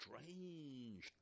strange